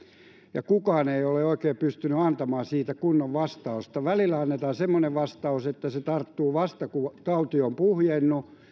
ja kukaan ei ole oikein pystynyt antamaan siitä kunnon vastausta välillä annetaan semmoinen vastaus että se tarttuu vasta kun tauti on puhjennut